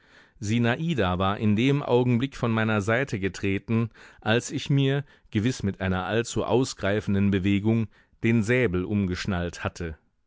sinada war in dem augenblick von meiner seite getreten als ich mir gewiß mit einer allzu ausgreifenden bewegung den säbel umgeschnallt hatte